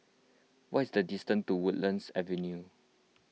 what is the distance to Woodlands Avenue